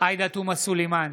עאידה תומא סלימאן,